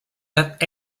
that